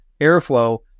Airflow